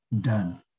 done